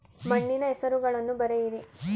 ಮಣ್ಣಿನ ಹೆಸರುಗಳನ್ನು ಬರೆಯಿರಿ